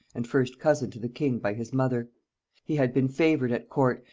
and first-cousin to the king by his mother he had been favored at court,